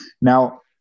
Now